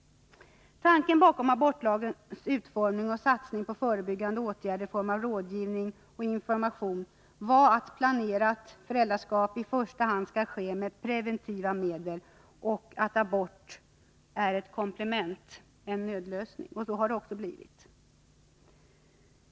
Tanken bakom abortlagens utformning och satsningen på förebyggande åtgärder i form av rådgivning och information var att planerade föräldraskap i första hand skall åstadkommas med preventiva medel och att abort är ett komplement, en nödlösning. Så har det också blivit.